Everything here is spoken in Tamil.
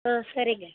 ஆ சரிங்க